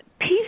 Peace